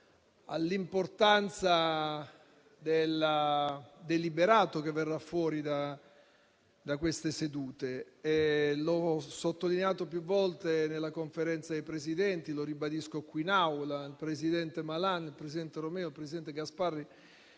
valore al deliberato che verrà fuori da queste sedute. L'ho sottolineato più volte nella Conferenza dei Presidenti dei Gruppi e lo ribadisco qui in Aula. Il presidente Malan, il presidente Romeo, il presidente Gasparri